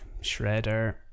Shredder